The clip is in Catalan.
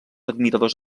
admiradors